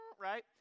right